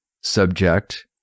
subject